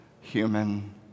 human